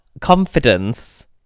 confidence